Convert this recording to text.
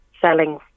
selling